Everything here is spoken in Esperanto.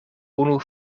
unu